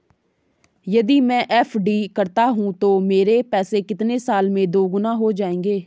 यदि मैं एफ.डी करता हूँ तो मेरे पैसे कितने साल में दोगुना हो जाएँगे?